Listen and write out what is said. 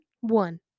One